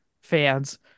fans